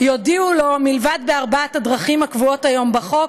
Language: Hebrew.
יודיעו לו מלבד בארבע הדרכים הקבועות היום בחוק,